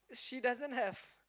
she doesn't have